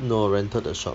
no rented the shop